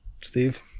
Steve